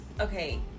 okay